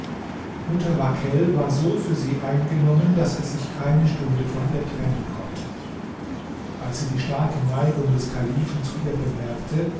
mutawakkel war so für sie eingenommen daß er sich keine stunde von ihr trennen konnte als sie die starke neigung des kalifen zu ihr bemerkte